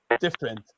different